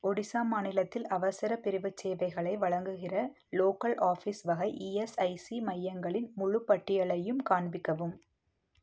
ஒடிசா மாநிலத்தில் அவசரப் பிரிவுச் சேவைகளை வழங்குகிற லோக்கல் ஆஃபிஸ் வகை இஎஸ்ஐசி மையங்களின் முழுப் பட்டியலையும் காண்பிக்கவும்